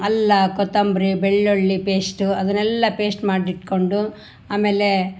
ಅಲ್ಲ ಕೊತ್ತಂಬರಿ ಬೆಳ್ಳುಳ್ಳಿ ಪೇಸ್ಟು ಅದನ್ನೆಲ್ಲ ಪೇಸ್ಟ್ ಮಾಡಿ ಇಟ್ಕೊಂಡು ಆಮೇಲೆ